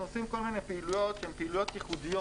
אנחנו עושים כל מיני פעילויות שהן פעילויות ייחודיות.